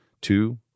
Two